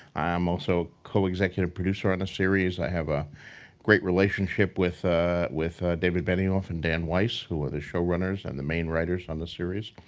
i'm also co-executive producer on the series. i have ah great great relationship with with david benioff and dan weiss, who are the show runners and the main writers on the series.